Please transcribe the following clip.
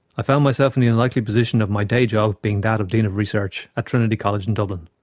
i found myself in the unlikely position of my day job being that of dean of research at trinity college and dublin.